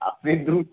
আপনি দু